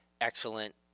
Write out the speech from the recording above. excellent